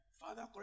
Father